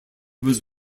was